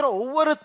over